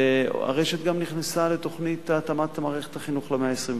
הרשת גם נכנסה לתוכנית התאמת מערכת החינוך למאה ה-21.